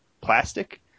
plastic